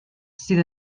sydd